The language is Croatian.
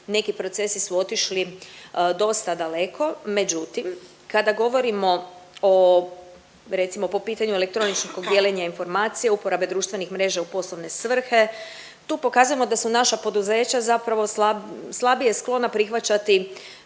neki procesi su otišli dosta daleko međutim kada govorimo o recimo po pitanju elektroničkog dijeljenja informacija, uporabe društvenih mreža u poslovne svrhe, tu pokazujemo da su naša poduzeća zapravo slabije sklona prihvaćati